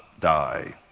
die